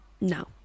no